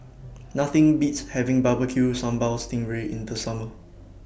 Nothing Beats having Barbecue Sambal Sting Ray in The Summer